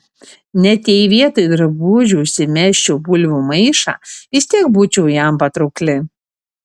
net jei vietoj drabužių užsimesčiau bulvių maišą vis tiek būčiau jam patraukli